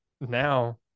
Now